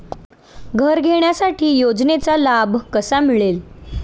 घर घेण्यासाठी योजनेचा लाभ कसा मिळेल?